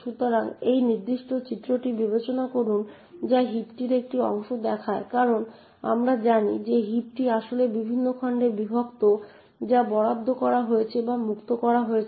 সুতরাং এই নির্দিষ্ট চিত্রটি বিবেচনা করুন যা হিপটির একটি অংশ দেখায় কারণ আমরা জানি যে হিপটি আসলে বিভিন্ন খণ্ডে বিভক্ত যা বরাদ্দ করা হয়েছে বা মুক্ত করা হয়েছে